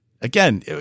again